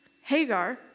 Hagar